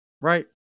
Right